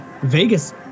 Vegas